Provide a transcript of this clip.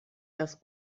das